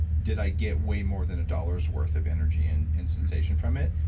did i get way more than a dollar's worth of energy and and sensation from it?